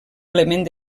element